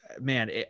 man